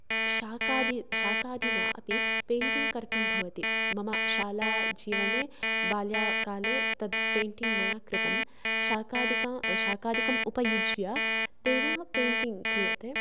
शाकादि शाकादिना अपि पेण्टिङ्ग् कर्तुं भवति मम शाला जीवने बाल्यकाले तत् पेण्टिङ्ग् मया कृतं शाकादिका शाकादिकम् उपयुज्य तेन पेण्टिङ्ग् क्रियते